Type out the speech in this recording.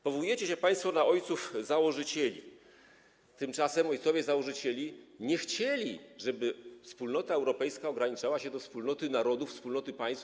Powołujecie się państwo na ojców założycieli, tymczasem ojcowie założyciele nie chcieli, żeby wspólnota europejska ograniczała się do wspólnoty narodów, wspólnoty państw.